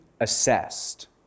assessed